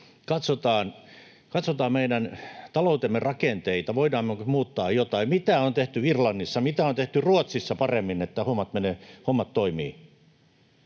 katsotaan meidän taloutemme rakenteita, voidaanko me muuttaa jotain. Mitä on tehty Irlannissa, mitä on tehty Ruotsissa paremmin, että hommat menee,